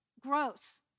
gross